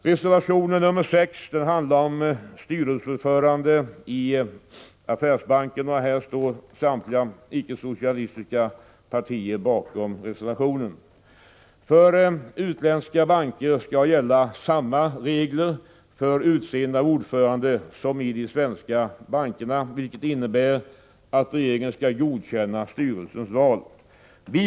Reservation nr 6 handlar om styrelseordförande i affärsbankerna. Samtliga icke-socialistiska partier står bakom denna reservation. För utländska banker skall samma regler gälla för utseende av ordförande som i de svenska bankerna, vilket innebär att regeringen skall godkänna styrelsens val.